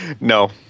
no